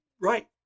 right